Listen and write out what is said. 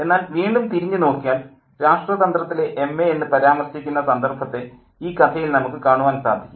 എന്നാൽ വീണ്ടും തിരിഞ്ഞു നോക്കിയാൽ രാഷ്ട്രതന്ത്രത്തിലെ എംഎ എന്നു പരാമർശിക്കുന്ന സന്ദർഭത്തെ ഈ കഥയിൽ നമുക്ക് കാണുവാൻ സാധിക്കും